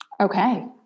Okay